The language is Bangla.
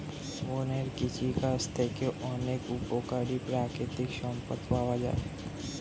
বনের কৃষিকাজ থেকে অনেক উপকারী প্রাকৃতিক সম্পদ পাওয়া যায়